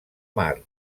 mar